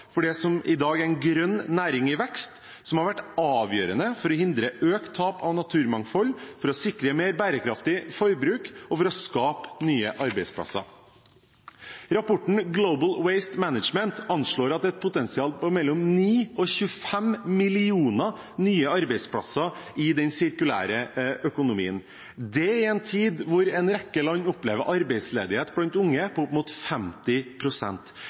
dag er en grønn næring i vekst, noe som har vært avgjørende for å hindre økt tap av naturmangfold, for å sikre mer bærekraftig forbruk og for å skape nye arbeidsplasser. Rapporten Global Waste Management anslår et potensial for mellom 9 og 25 millioner nye arbeidsplasser i den sirkulære økonomien – det i en tid hvor en rekke land opplever arbeidsledighet blant unge på opp mot